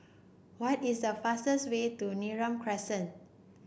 what is the fastest way to Neram Crescent